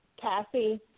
Cassie